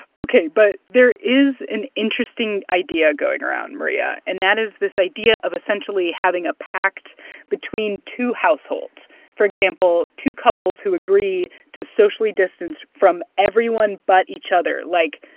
ok. but there is an interesting idea going around, maria. and that is this idea of essentially having a pact between two households for example, two couples who agree to socially distance from everyone but each other like,